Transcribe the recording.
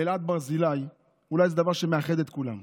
אלעד ברזילי, אולי זה דבר שמאחד את כולנו,